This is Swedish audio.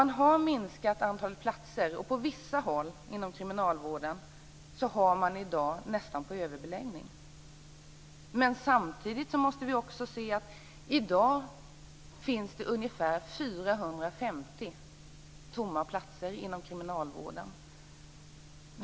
Man har minskat antalet platser, och på vissa håll inom kriminalvården har man i dag nästan överbeläggning. Men samtidigt finns det i dag ungefär 450 tomma platser inom kriminalvården.